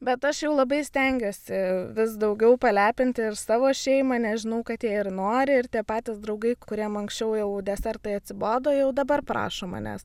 bet aš jau labai stengiuosi vis daugiau palepinti ir savo šeimą nes žinau kad jie ir nori ir tie patys draugai kuriem anksčiau jau desertai atsibodo jau dabar prašo manęs